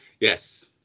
Yes